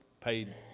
paid